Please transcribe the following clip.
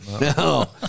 No